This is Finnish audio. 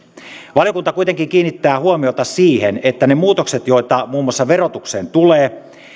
valiokunta kuitenkin kiinnittää huomiota siihen että liittyen niihin muutoksiin joita muun muassa verotukseen tulee